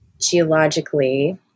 geologically